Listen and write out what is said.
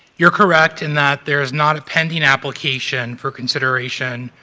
you're correct in that there's not a pending application for consideration